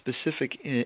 specific